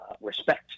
respect